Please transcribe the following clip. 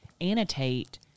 annotate